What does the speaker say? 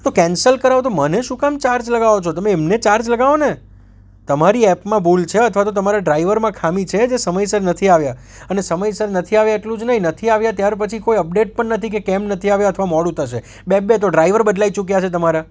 તો કેન્સલ કરાવું તો મને શું કામ ચાર્જ લગાવો છો તમે એમને ચાર્જ લગાવો ને તમારી એપમાં ભૂલ છે અથવા તો તમારા ડ્રાઈવરમાં ખામી છે જે સમયસર નથી આવ્યા અને સમયસર નથી આવ્યા એટલું જ નહીં નથી આવ્યા ત્યાર પછી કોઈ અપડેટ પણ નથી કે કેમ નથી આવ્યા અથવા મોડું થશે બે બે તો ડ્રાઈવર બદલાઈ ચૂક્યા છે તમારા